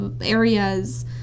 Areas